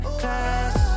class